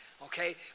Okay